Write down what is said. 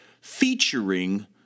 featuring